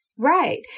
Right